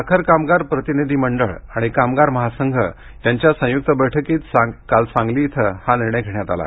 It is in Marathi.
साखर कामगार प्रतिनिधी मंडळ आणि कामगार महासंघ यांच्या संयुक्त बैठकीत काल सांगली इथं हानिर्णय घेण्यात आला